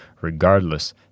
Regardless